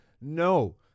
No